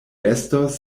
estos